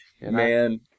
Man